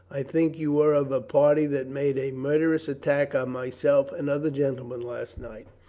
i think you were of a party that made a murderous attack on myself and other gentlemen last night?